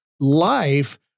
life